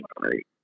right